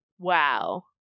Wow